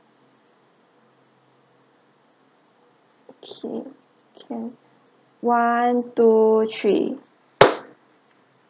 okay can one two three